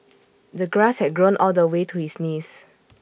the grass had grown all the way to his knees